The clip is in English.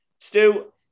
Stu